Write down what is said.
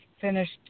finished